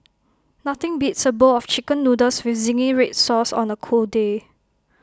nothing beats A bowl of Chicken Noodles with Zingy Red Sauce on A cold day